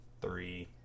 three